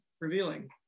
revealing